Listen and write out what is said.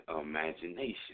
imagination